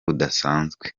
budasanzwe